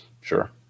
Sure